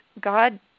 God